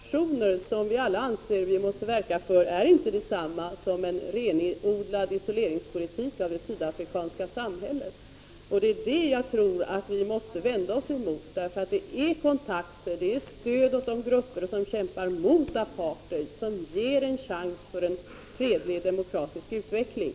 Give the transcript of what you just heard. Herr talman! De internationella sanktioner som vi alla anser att vi måste verka för är inte detsamma som en renodlad isoleringspolitik gentemot det sydafrikanska samhället. Det är det jag tror vi måste vända oss emot. Det är kontakter, stöd åt de grupper som kämpar mot apartheid, som ger en chans till en fredlig, demokratisk utveckling.